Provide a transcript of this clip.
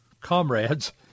comrades